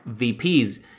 VPs